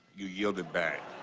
you yielded back.